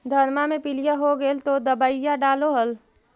धनमा मे पीलिया हो गेल तो दबैया डालो हल?